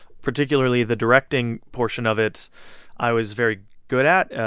particularly the directing portion of it i was very good at.